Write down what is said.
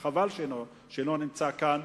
שחבל שאינו נמצא כאן,